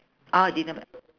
ah they never